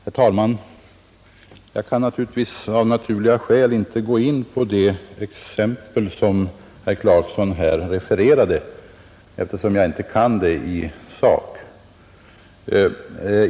Herr talman! Jag har av naturliga skäl inte möjlighet att gå in på det exempel som herr Clarkson här refererade, eftersom jag inte kan den frågan i sak.